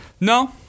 no